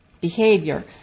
behavior